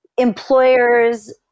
Employers